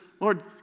Lord